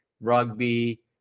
rugby